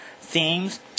themes